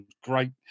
Great